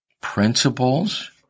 Principles